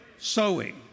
sowing